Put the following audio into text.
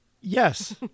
Yes